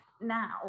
now